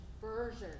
version